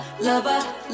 lover